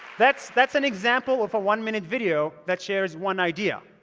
that's that's an example of a one-minute video that shares one idea.